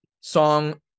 Song